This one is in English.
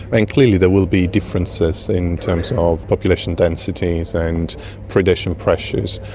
and clearly there will be differences in terms of population densities and predation pressures,